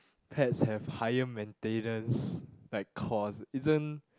pets have higher maintenance like cause isn't